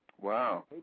Wow